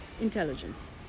intelligence